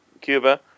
Cuba